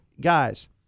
guys